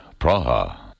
Praha